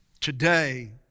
today